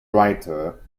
writer